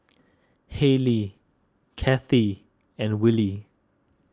Hailee Cathi and Willy